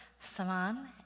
Saman